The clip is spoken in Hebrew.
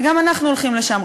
וגם אנחנו הולכים לשם.